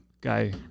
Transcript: guy